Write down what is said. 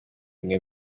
n’iyo